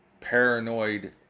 paranoid